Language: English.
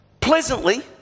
pleasantly